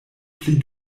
pli